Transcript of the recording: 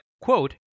quote